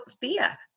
fear